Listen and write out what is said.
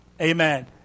Amen